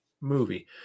movie